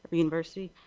university.